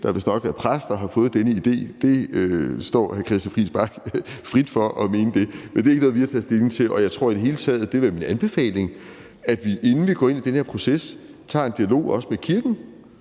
der vistnok er præst, og har fået den idé. Det står hr. Christian Friis Bach frit for at mene det, men det er ikke noget, vi har taget stilling til. Jeg tror i det hele taget – og det vil være min anbefaling – at vi, inden vi går ind i den her proces, skal tage en dialog også med kirken